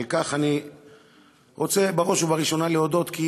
על כך אני רוצה בראש ובראשונה להודות, כי